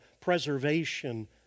preservation